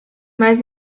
mas